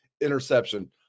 interception